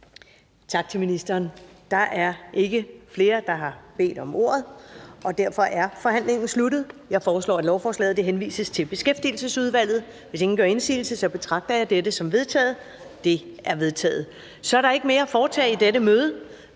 Tak til ministeren. Der er ikke flere, der har bedt om ordet, og derfor er forhandlingen sluttet. Jeg foreslår, at lovforslaget henvises til Beskæftigelsesudvalget. Hvis ingen gør indsigelse, betragter jeg dette som vedtaget. Det er vedtaget. --- Kl. 10:47 Meddelelser fra formanden